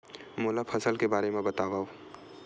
मोला फसल के बारे म बतावव?